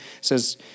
says